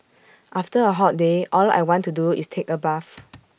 after A hot day all I want to do is take A bath